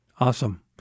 Awesome